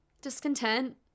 discontent